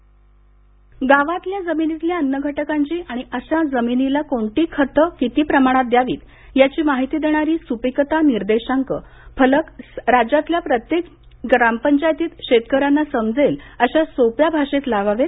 मूददिवस गावातल्या जमीनीतल्या अन्न घटकांची आणि अशा जमिनीला कोणती खतं किती प्रमाणात द्यावीत याची माहिती देणारे सुपिकता निर्देशांक फलक राज्यातल्या प्रत्येक ग्रामपंचायतीत शेतकऱ्यांना समजेल अशा सोप्या भाषेत लावावेत